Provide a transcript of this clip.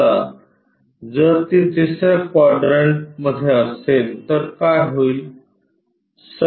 आता जर ती तिसर्या क्वाड्रंटमध्ये असेल तर काय होईल